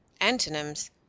Antonyms